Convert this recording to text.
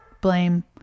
blame